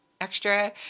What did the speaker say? extra